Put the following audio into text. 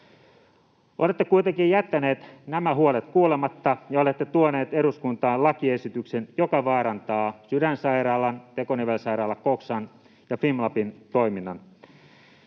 Olette kuitenkin jättänyt nämä huolet kuulematta, ja olette tuonut eduskuntaan lakiesityksen, joka vaarantaa Sydänsairaalan, Tekonivelsairaala Coxan ja Fimlabin toiminnan.